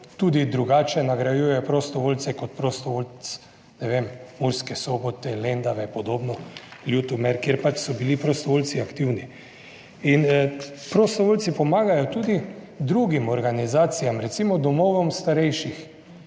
tudi drugače nagrajujejo prostovoljce kot prostovoljec, ne vem, Murske Sobote, Lendave podobno, Ljutomer, kjer so bili prostovoljci aktivni. In prostovoljci pomagajo tudi drugim organizacijam, recimo domovom starejših,